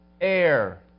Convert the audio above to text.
Air